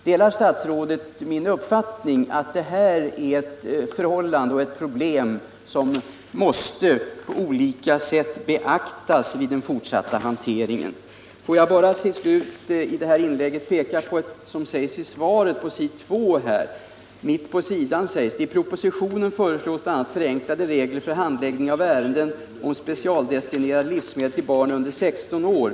Delar statsrådet min uppfattning att detta är ett problem som på olika sätt måste beaktas vid den fortsatta hanteringen? Får jag sedan avsluta inlägget med att understryka vad som sägs i svaret. Där står det bl.a. följande: ”I propositionen föreslås bl.a. förenklade regler för handläggning av ärenden om specialdestinerade livsmedel till barn under 16 år.